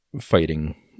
fighting